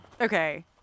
Okay